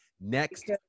next